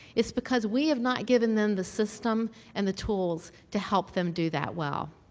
it's because we have not given them the system and the tools to help them do that well.